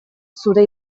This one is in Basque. zure